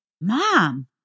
mom